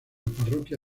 parroquia